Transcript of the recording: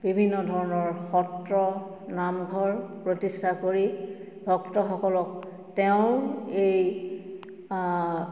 বিভিন্ন ধৰণৰ সত্ৰ নামঘৰ প্ৰতিষ্ঠা কৰি ভক্তসকলক তেওঁ এই